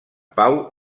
pau